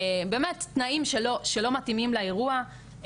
באמת תנאים שלא מתאימים לאירוע,,